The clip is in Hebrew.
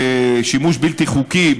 בשימוש בלתי חוקי,